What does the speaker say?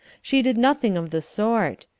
she did nothing of the sort.